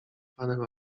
panem